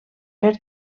per